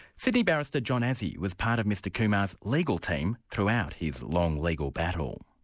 sydney barrister john azzi was part of mr kumar's legal team throughout his long legal battle.